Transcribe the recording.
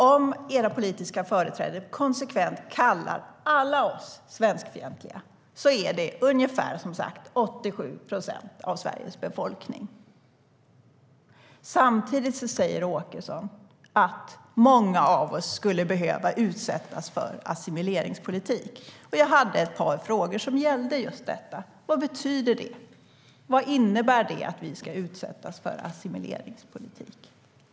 Om era politiska företrädare konsekvent kallar alla oss för svenskfientliga är det, som sagt, ungefär 87 procent av Sveriges befolkning. Samtidigt säger Åkesson att många av oss skulle behöva utsättas för assimileringspolitik. Jag hade ett par frågor som gällde detta. Vad betyder det? Vad innebär det att vi ska utsättas för assimileringspolitik?